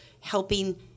helping